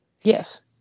Yes